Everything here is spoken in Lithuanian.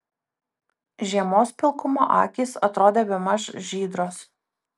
žiemos pilkumo akys atrodė bemaž žydros